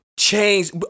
Change